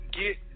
get